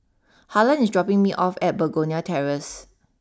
Harlon is dropping me off at Begonia Terrace